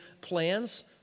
plans